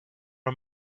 are